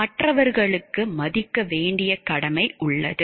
மற்றவர்களுக்கு மதிக்க வேண்டிய கடமை உள்ளது